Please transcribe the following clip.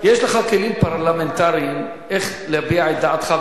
יש לך כלים פרלמנטריים איך להביע את דעתך,